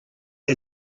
had